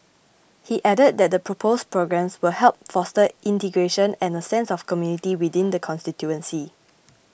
he added that the proposed programmes will help foster integration and a sense of community within the constituency